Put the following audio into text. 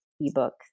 ebook